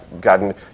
gotten